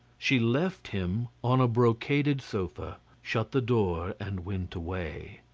she left him on a brocaded sofa, shut the door and went away.